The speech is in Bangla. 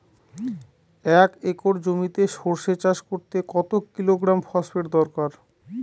এক একর জমিতে সরষে চাষ করতে কত কিলোগ্রাম ফসফেট দরকার?